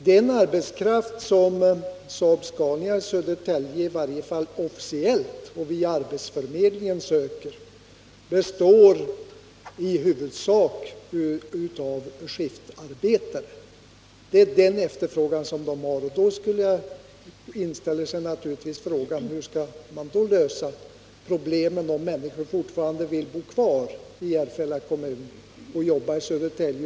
Den arbetskraft som Saab-Scania i Södertälje söker — i varje fall officiellt och via arbetsförmedlingen —-är i huvudsak skiftarbetare. Då inställer sig frågan hur man skall lösa problemen för de människor som fortfarande vill bo kvar i Järfälla kommun och jobba i Södertälje.